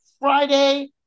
Friday